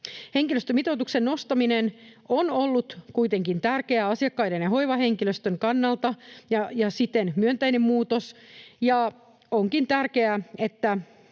Henkilöstömitoituksen nostaminen on ollut kuitenkin tärkeää asiakkaiden ja hoivahenkilöstön kannalta ja siten myönteinen muutos, ja onkin tärkeää, että